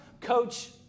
Coach